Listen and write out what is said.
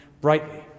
brightly